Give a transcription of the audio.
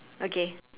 okay